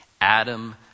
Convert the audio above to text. Adam